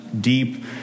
deep